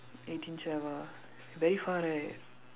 eighteen chef ah very far right